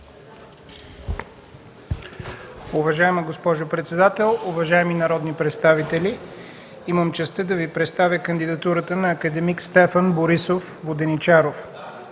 Уважаема госпожо председател, уважаеми народни представители! Имам честа да Ви представя кандидатурата на акад. Стефан Борисов Воденичаров.